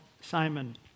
Simon